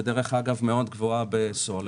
שהיא מאוד גבוהה בסולר,